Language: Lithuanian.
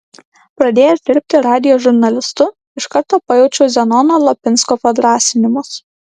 pradėjęs dirbti radijo žurnalistu iš karto pajaučiau zenono lapinsko padrąsinimus